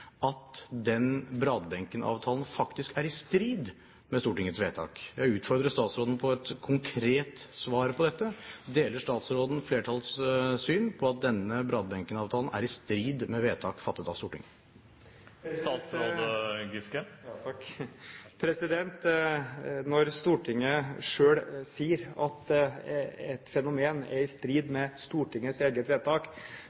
at den Bradbenken-avtalen faktisk er i strid med Stortingets vedtak. Jeg vil utfordre statsråden på et konkret svar på dette: Deler statsråden flertallets syn på at denne Bradbenken-avtalen er i strid med vedtak fattet av Stortinget? Når Stortinget selv sier at et fenomen er i strid